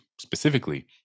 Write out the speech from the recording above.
specifically